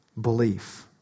belief